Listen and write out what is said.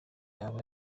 aba